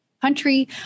country